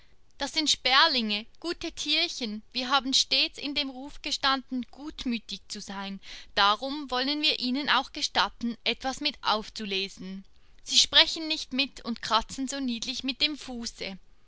das sind sperlinge gute tierchen wir haben stets in dem ruf gestanden gutmütig zu sein darum wollen wir ihnen auch gestatten etwas mit aufzulesen sie sprechen nicht mit und kratzen so niedlich mit dem fuße